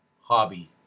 hobby